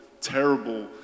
terrible